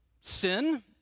sin